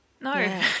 No